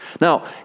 Now